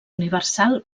universal